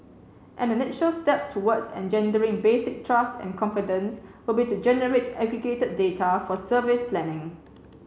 an initial step towards engendering basic trust and confidence would be to generate aggregated data for service planning